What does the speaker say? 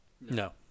No